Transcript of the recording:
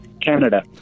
Canada